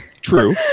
True